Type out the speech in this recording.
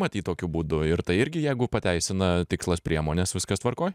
matyt tokiu būdu ir tai irgi jeigu pateisina tikslas priemonės viskas tvarkoj